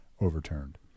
overturned